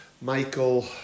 Michael